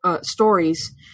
stories